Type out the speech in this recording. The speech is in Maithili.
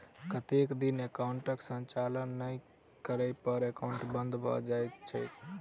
कतेक दिन एकाउंटक संचालन नहि करै पर एकाउन्ट बन्द भऽ जाइत छैक?